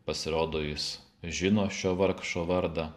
pasirodo jis žino šio vargšo vardą